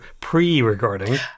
pre-recording